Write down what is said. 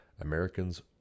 Americans